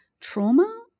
trauma